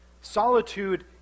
solitude